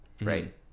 Right